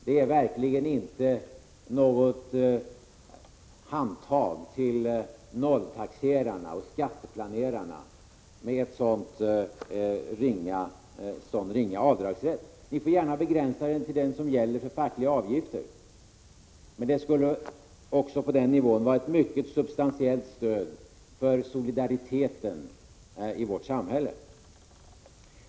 Det innebär verkligen inte något handtag till nolltaxerarna och skatteplanerarna att ge avdragsrätt som gäller ett så ringa belopp. Avdragsrätten får gärna begränsas till den nivå som gäller för fackliga avgifter. Också då skulle den vara ett mycket substantiellt stöd för solidariteten i vårt samhälle.